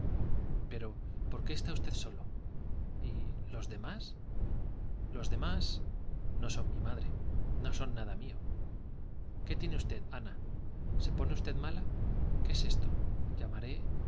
pero por qué está usted solo y los demás los demás no son mi madre no son nada mío qué tiene usted ana se pone usted mala qué es esto llamaré